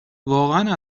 واقعا